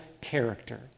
character